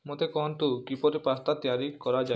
ମୋତେ କୁହନ୍ତୁ କିପରି ପାସ୍ତା ତିଆରି କରାଯାଏ